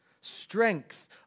Strength